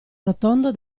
rotondo